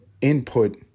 input